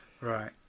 Right